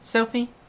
Sophie